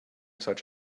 such